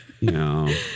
no